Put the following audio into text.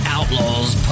Outlaws